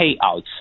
payouts